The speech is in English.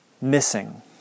missing